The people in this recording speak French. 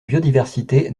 biodiversité